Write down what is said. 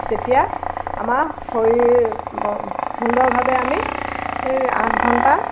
তেতিয়া আমাৰ শৰীৰ সুন্দৰভাৱে আমি আঠ ঘণ্টা